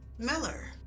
Miller